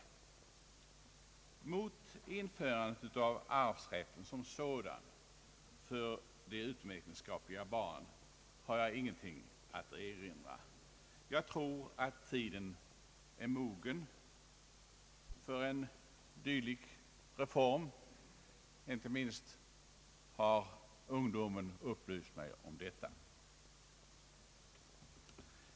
Jag har ingenting att erinra mot införandet av arvsrätten för de utomäktenskapliga barnen som sådan. Jag tror att tiden är mogen för en dylik reform. Inte minst har ungdomen upplyst mig om detta.